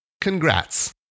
Congrats